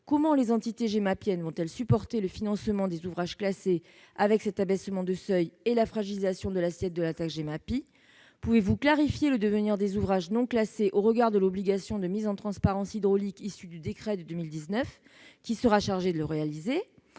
Comment les entités « gemapiennes » vont-elles supporter le financement des ouvrages classés avec cet abaissement de seuil et la fragilisation de l'assiette de la taxe Gemapi ? Pouvez-vous clarifier le devenir des ouvrages non classés au regard de l'obligation de mise en transparence hydraulique issue du décret de 2019 ? Qui sera chargé de la réaliser ?